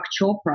Chopra